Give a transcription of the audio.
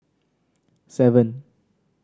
seven